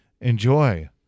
Enjoy